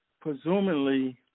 presumably